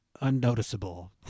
unnoticeable